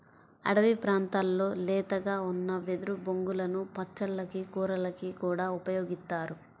అడివి ప్రాంతాల్లో లేతగా ఉన్న వెదురు బొంగులను పచ్చళ్ళకి, కూరలకి కూడా ఉపయోగిత్తారు